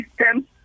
system